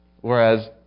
whereas